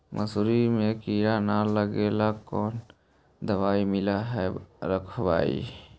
मसुरी मे किड़ा न लगे ल कोन दवाई मिला के रखबई?